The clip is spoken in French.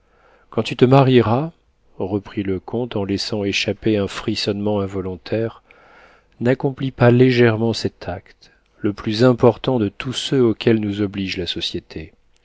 quand tu te marieras reprit le comte en laissant échapper un frissonnement involontaire n'accomplis pas légèrement cet acte le plus important de tous ceux auxquels nous oblige la société